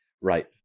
Right